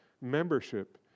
membership